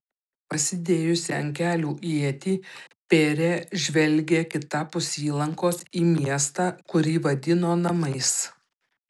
pasidėjusi ant kelių ietį pėrė žvelgė kitapus įlankos į miestą kurį vadino namais